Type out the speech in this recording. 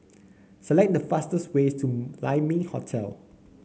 select the fastest way to Lai Ming Hotel